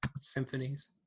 symphonies